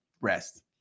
Rest